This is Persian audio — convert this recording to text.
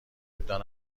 ابداع